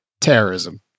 Terrorism